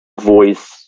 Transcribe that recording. voice